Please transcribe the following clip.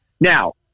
Now